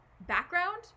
background